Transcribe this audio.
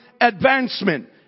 advancement